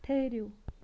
ٹھٕرِو